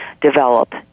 develop